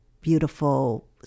beautiful